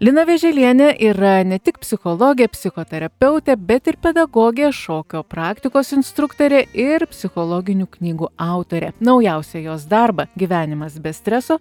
lina vėželienė yra ne tik psichologė psichoterapeutė bet ir pedagogė šokio praktikos instruktorė ir psichologinių knygų autorė naujausią jos darbą gyvenimas be streso